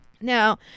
Now